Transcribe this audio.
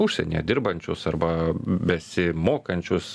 užsienyje dirbančius arba besimokančius